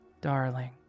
Darling